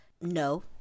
no